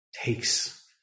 takes